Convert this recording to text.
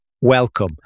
welcome